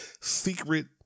secret